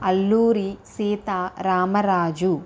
Alluri Sitaramaraju